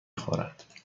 خورد